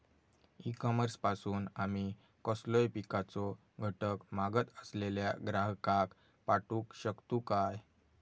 E commerce पासून आमी कसलोय पिकाचो घटक मागत असलेल्या ग्राहकाक पाठउक शकतू काय?